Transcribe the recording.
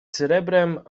srebrem